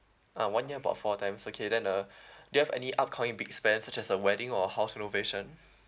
ah one year about four times okay then uh do you have any upcoming big spend such as a wedding or house renovation